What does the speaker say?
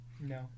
No